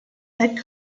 head